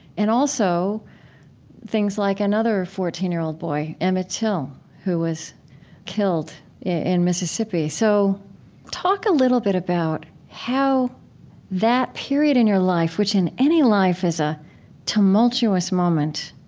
and also things like another fourteen year old boy, emmett till, who was killed in mississippi. so talk a little bit about how that period in your life, which in any life is a tumultuous moment,